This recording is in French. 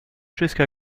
jusqu’à